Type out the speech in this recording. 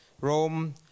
Rome